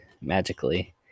magically